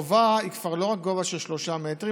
החובה היא כבר לא גובה של שלושה מטרים,